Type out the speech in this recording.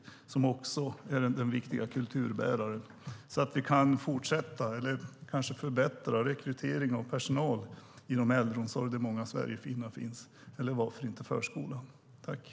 Det är också en viktig kulturbärare så att vi kan fortsätta och kanske förbättra rekrytering av personal inom äldreomsorg där många sverigefinnar finns eller varför inte inom förskolan.